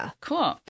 Cool